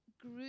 grew